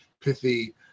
pithy